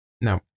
Now